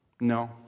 No